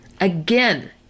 Again